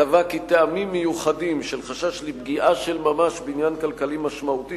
קבע כי טעמים מיוחדים של חשש לפגיעה של ממש בעניין כלכלי משמעותי